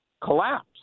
collapse